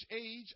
age